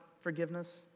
forgiveness